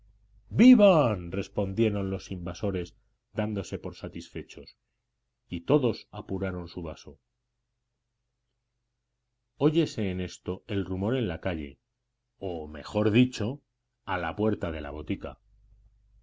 vivan respondieron los invasores dándose por satisfechos y todos apuraron su vaso oyóse en esto rumor en la calle o mejor dicho a la puerta de la botica